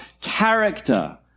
character